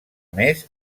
més